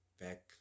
back